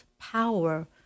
power